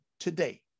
today